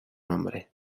nombre